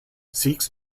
seeks